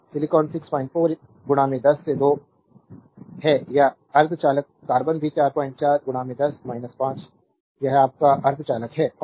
अब सिलिकॉन 64 10 से 2 है यह अर्धचालक कार्बन भी 44 10 5 यह आपका अर्धचालक है